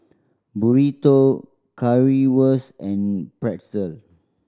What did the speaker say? Burrito Currywurst and Pretzel